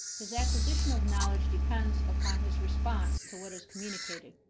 his acquisition of knowledge depends upon his response to what is communicated.